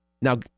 Now